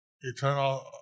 eternal